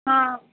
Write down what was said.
हां